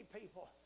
people